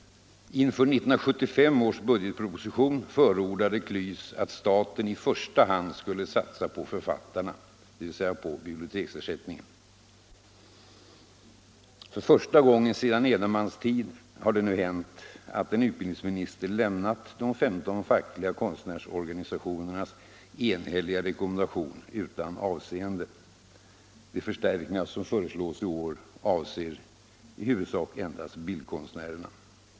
Inför 1975 års budgetproposition förordade KLYS att staten i första hand skulle satsa på författarna — dvs. på biblioteksersättningen. För första gången sedan Edenmans tid har det nu hänt att en utbildningsminister lämnat de 15 fackliga konstnärsorganisationernas enhälliga rekommendation utan avseende. De förstärkningar som föreslås i år avser i huvudsak endast bildkonstnärerna.